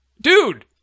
Dude